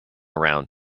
around